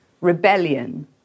rebellion